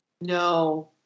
No